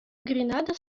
гренада